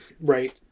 Right